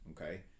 okay